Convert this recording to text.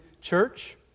church